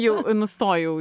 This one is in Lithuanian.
jau nustojau